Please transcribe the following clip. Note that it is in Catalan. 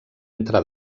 entre